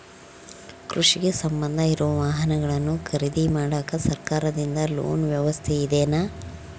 ಕೃಷಿಗೆ ಸಂಬಂಧ ಇರೊ ವಾಹನಗಳನ್ನು ಖರೇದಿ ಮಾಡಾಕ ಸರಕಾರದಿಂದ ಲೋನ್ ವ್ಯವಸ್ಥೆ ಇದೆನಾ?